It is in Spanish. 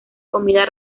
comida